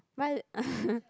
my